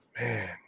man